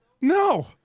No